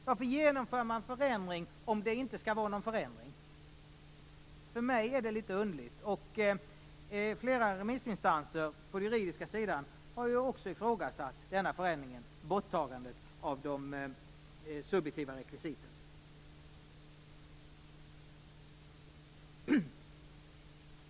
Varför genomför man en förändring om det inte skall vara någon förändring? För mig är det litet underligt, och flera remissinstanser på den juridiska sidan har ju också ifrågasatt denna förändring, alltså borttagandet av de subjektiva rekvisiten.